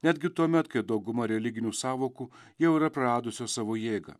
netgi tuomet kai dauguma religinių sąvokų jau yra praradusios savo jėgą